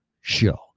Show